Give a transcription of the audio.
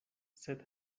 sed